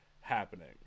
happening